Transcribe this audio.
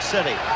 City